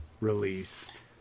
released